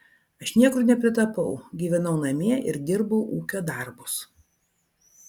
aš niekur nepritapau gyvenau namie ir dirbau ūkio darbus